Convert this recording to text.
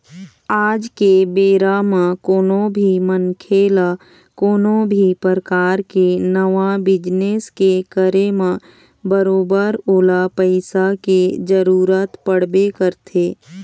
आज के बेरा म कोनो भी मनखे ल कोनो भी परकार के नवा बिजनेस के करे म बरोबर ओला पइसा के जरुरत पड़बे करथे